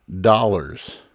dollars